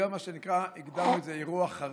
אז זה היה מה שנקרא, הגדרנו את זה "אירוע חריג".